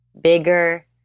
bigger